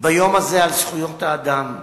ביום הזה לזכויות האדם,